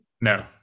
No